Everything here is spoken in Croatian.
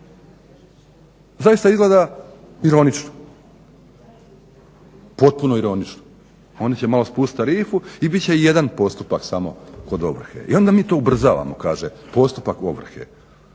Zaista izgleda ironično, potpuno ironično. Oni će malo spustiti tarifu i bit će jedan postupak samo kod ovrhe. I onda mi to ubrzavamo, kaže postupak ovrhe.